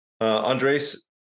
andres